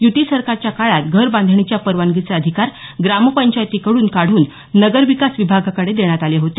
युती सरकारच्या काळात घर बांधणीच्या परवानगीचे अधिकार ग्रामपंचायतींकडून काढून नगरविकास विभागाकडे देण्यात आले होते